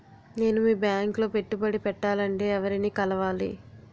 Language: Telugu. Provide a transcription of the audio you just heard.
నేను మీ బ్యాంక్ లో పెట్టుబడి పెట్టాలంటే ఎవరిని కలవాలి?